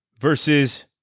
Versus